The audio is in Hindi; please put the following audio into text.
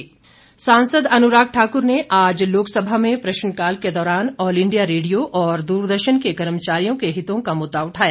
अनुराग सांसद अनुराग ठाकुर ने आज लोकसभा में प्रश्नकाल के दौरान ऑल इंडिया रेडियो और दूरदर्शन के कर्मचारियों के हितों का मुद्दा उठाया